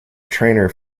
trainer